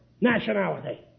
nationality